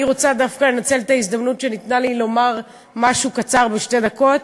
אני רוצה דווקא לנצל את ההזדמנות שניתנה לי לומר משהו קצר בשתי דקות,